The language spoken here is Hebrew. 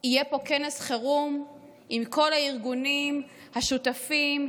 יהיה פה כנס חירום עם כל הארגונים השותפים,